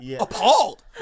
appalled